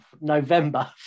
November